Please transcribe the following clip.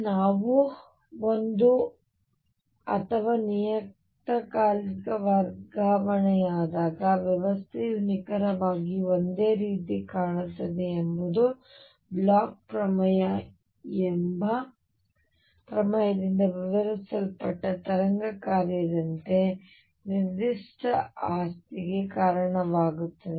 ನಾವು ಒಂದು ಅಥವಾ ನಿಯತಕಾಲಿಕದಿಂದ ವರ್ಗಾವಣೆಯಾದಾಗ ವ್ಯವಸ್ಥೆಯು ನಿಖರವಾಗಿ ಒಂದೇ ರೀತಿ ಕಾಣುತ್ತದೆ ಎಂಬುದು ಬ್ಲೋಚ್ ಪ್ರಮೇಯ ಎಂಬ ಪ್ರಮೇಯದಿಂದ ವಿವರಿಸಲ್ಪಟ್ಟ ತರಂಗ ಕಾರ್ಯದಂತೆ ನಿರ್ದಿಷ್ಟ ಆಸ್ತಿಗೆ ಕಾರಣವಾಗುತ್ತದೆ